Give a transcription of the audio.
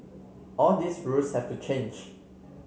all these rules have to change